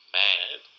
mad